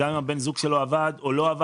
גם אם בן הזוג שלו עבד או לא,